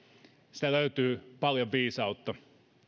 siinä löytyy paljon viisautta